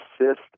assist